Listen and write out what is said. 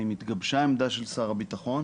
האם התגבשה עמדה של שר הביטחון?